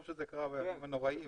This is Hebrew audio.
טוב שזה קרה בימים הנוראים.